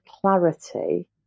clarity